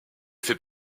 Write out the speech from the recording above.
fait